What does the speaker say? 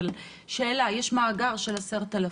אבל שאלה: יש מאגר של 10,000,